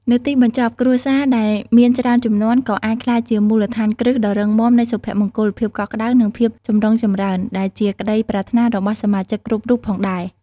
នៅទីបញ្ចប់ គ្រួសារដែលមានច្រើនជំនាន់ក៏អាចក្លាយជាមូលដ្ឋានគ្រឹះដ៏រឹងមាំនៃសុភមង្គល ភាពកក់ក្តៅ និងភាពចម្រុងចម្រើន ដែលជាក្តីប្រាថ្នារបស់សមាជិកគ្រប់រូបផងដែរ។